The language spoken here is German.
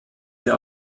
der